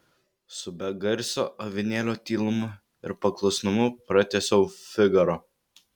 su begarsio avinėlio tylumu ir paklusnumu pratęsiau figaro